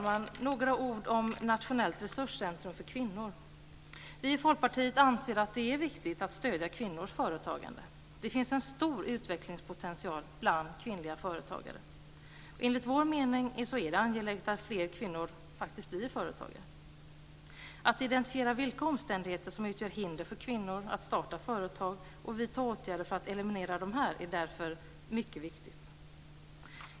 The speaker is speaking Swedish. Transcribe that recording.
Så vill jag säga några ord om Nationellt resurscentrum för kvinnor. Vi i Folkpartiet anser att det är viktigt att stödja kvinnors företagande. Det finns en stor utvecklingspotential bland kvinnliga företagare. Enligt vår mening är det angeläget att fler kvinnor faktiskt blir företagare. Att identifiera vilka omständigheter som utgör hinder för kvinnor att starta företag och vidta åtgärder för att eliminera dessa är därför mycket viktigt.